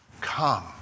come